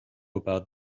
about